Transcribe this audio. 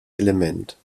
element